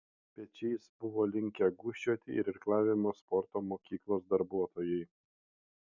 pečiais buvo linkę gūžčioti ir irklavimo sporto mokyklos darbuotojai